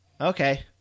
okay